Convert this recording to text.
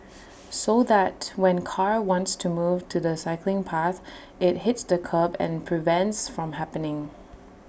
so that when car wants to move to the cycling path IT hits the kerb and prevents from happening